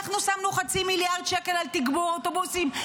אנחנו שמנו חצי מיליארד שקל על תגבור אוטובוסים,